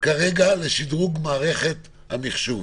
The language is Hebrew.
כרגע לשדרוג מערכת המחשוב.